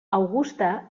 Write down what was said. augusta